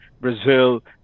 Brazil